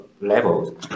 level